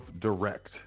direct